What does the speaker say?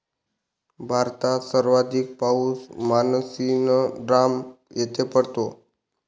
भारतात सर्वाधिक पाऊस मानसीनराम येथे पडतो